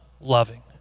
loving